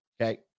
okay